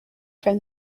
from